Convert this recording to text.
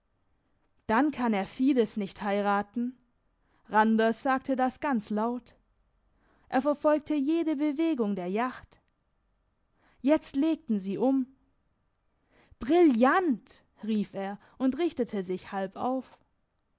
dann kann er fides nicht heiraten randers sagte das ganz laut er verfolgte jede bewegung der jacht jetzt legten sie um brillant rief er und richtete sich halb auf